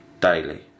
daily